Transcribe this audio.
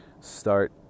Start